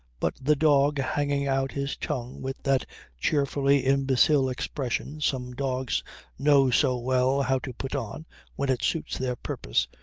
but the dog hanging out his tongue with that cheerfully imbecile expression some dogs know so well how to put on when it suits their purpose,